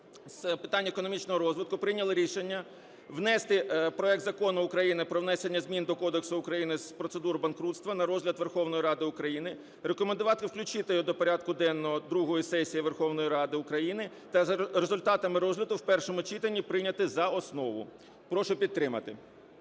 з питань економічного розвитку прийняли рішення внести проект Закону України про внесення змін до Кодексу України з процедур банкрутства на розгляд Верховної Ради України, рекомендувати включити його до порядку денного другої сесії Верховної Ради України та за результатами розгляду в першому читанні прийняти за основу. Прошу підтримати.